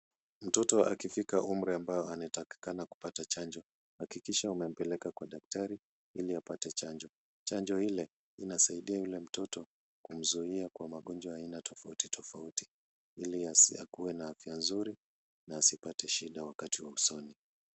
Mtoto akifika umri ambao anatakikana kupata chanjo, hakikisha umempeleka kwa daktari ili apate chanjo. Chanjo ile inasaidia yule mtoto kumzuia kwa magonjwa aina tofauti tofauti, ili akuwe na afya nzuri na asipate shida wakati wa usoni.